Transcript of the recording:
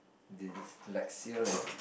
Dyslexia leh